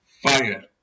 fire